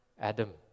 Adam